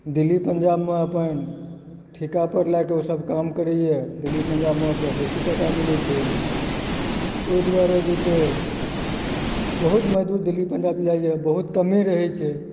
दिल्ली पञ्जाबमे अपन ठिका पर लए कऽ ओ सब काम करैए दिल्ली पञ्जाबमे ओकरा बेसी टका मिलैत छै ओहि दुआरे जे छै बहुत मजदूर दिल्ली पञ्जाब चलि जाइए बहुत कमे रहैत छै